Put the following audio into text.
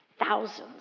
thousands